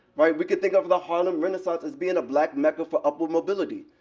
right? we could think of the harlem renaissance as being a black mecca for upward mobility.